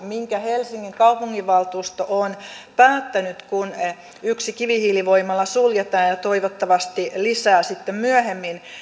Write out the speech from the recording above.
minkä helsingin kaupunginvaltuusto on päättänyt kun yksi kivihiilivoimala suljetaan ja toivottavasti lisää sitten myöhemmin